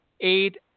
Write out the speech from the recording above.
eight